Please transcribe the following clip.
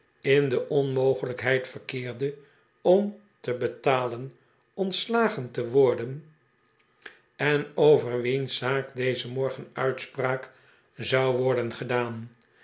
in de onmogelijkheid verkeerde om te betalen ontslagen te worden en over wiens zaak dezen morgen uitspraak zou worden gedaan